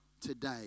today